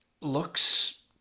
looks